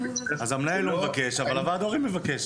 אז המנהל לא מבקש, אבל וועד הורים מבקש.